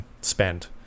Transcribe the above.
spend